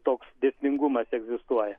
toks dėsningumas egzistuoja